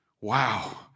wow